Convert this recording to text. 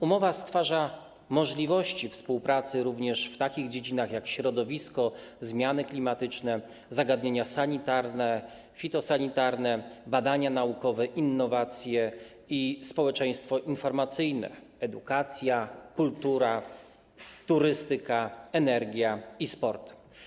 Umowa stwarza możliwości współpracy również w takich dziedzinach jak środowisko, zmiany klimatyczne, zagadnienia sanitarne i fitosanitarne, badania naukowe, innowacje i społeczeństwo informacyjne, edukacja, kultura, turystyka, energia i sport.